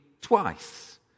twice